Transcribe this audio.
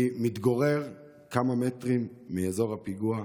אני מתגורר כמה מטרים מאזור הפיגוע,